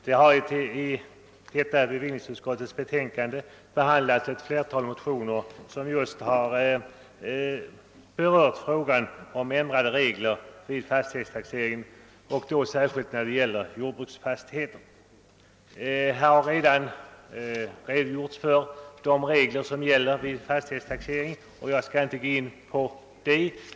Herr talman! I bevillningsutskottets betänkande nr 8 behandlas ett flertal motioner som berör frågan om ändring av gällande regler vid fastighetstaxeringen och då särskilt reglerna för taxering av jordbruksfastighet. Här har redan redogjorts för de regler som gäller vid fastighetstaxering, och jag skall inte gå in på detta.